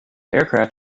aircraft